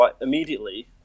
immediately